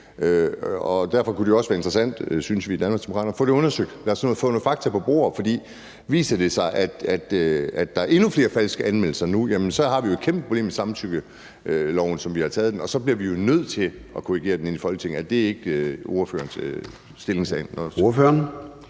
Derfor kunne det også være interessant, synes vi i Danmarksdemokraterne, at få det undersøgt. Lad os nu få noget fakta på bordet; for viser det sig, at der er endnu flere falske anmeldelser nu, så har vi jo et kæmpeproblem med samtykkeloven, som vi har lavet den, og så bliver vi jo nødt til at korrigere den i Folketinget. Er det ikke også ordførerens stillingtagen